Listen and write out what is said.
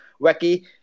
Wacky